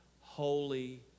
holy